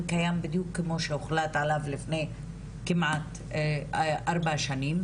קיים בדיוק כמו שהוחלט עליו לפני כמעט ארבע שנים,